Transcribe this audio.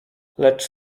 lecz